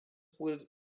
with